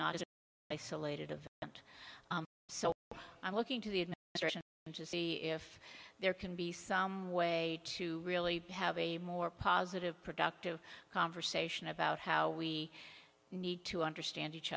of and so i'm looking to the to see if there can be some way to really have a more positive productive conversation about how we need to understand each